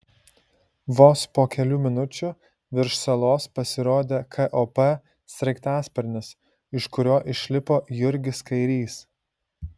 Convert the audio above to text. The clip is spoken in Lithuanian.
vos po kelių minučių virš salos pasirodė kop sraigtasparnis iš kurio išlipo jurgis kairys